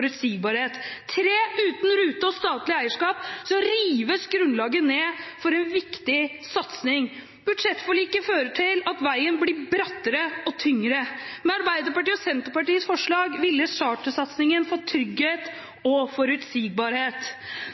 Uten rute og statlig eierskap rives grunnlaget ned for en viktig satsing. Budsjettforliket fører til at veien blir brattere og tyngre, med Arbeiderpartiet og Senterpartiets forslag ville chartersatsingen få trygghet og forutsigbarhet.